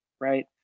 right